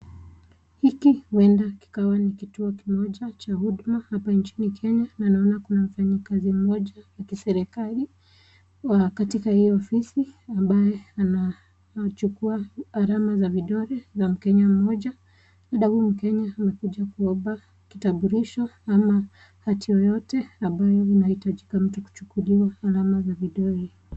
Hiki huenda kikawa ni kituo kimoja cha huduma hapa nchini Kenya na naona kuna mfanyikazi mmoja wa kiserikali, katika hii ofisi ambaye anachukua alama za vidole za mkenya mmoja. Huenda huyu mkenya amekuja kuomba kitambulisho ama hati yoyote ambayo inahitajika mtu kuchukuliwa alama za vidole.